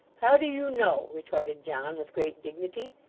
how do you know retorted john with great dignity.